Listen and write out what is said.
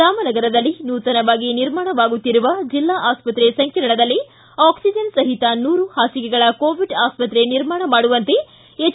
ರಾಮನಗರದಲ್ಲಿ ನೂತನವಾಗಿ ನಿರ್ಮಾಣವಾಗುತ್ತಿರುವ ಜಿಲ್ಲಾ ಆಸ್ಪತ್ರೆ ಸಂಕೀರ್ಣದಲ್ಲೇ ಆಕ್ಷಿಜನ್ ಸಹಿತ ನೂರು ಹಾಸಿಗೆಗಳ ಕೋವಿಡ್ ಅಸ್ಪತ್ರೆ ನಿರ್ಮಾಣ ಮಾಡುವಂತೆ ಎಚ್